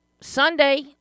Sunday